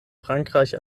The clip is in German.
frankreich